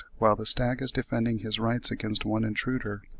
while the stag is defending his rights against one intruder,